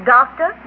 Doctor